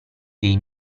dei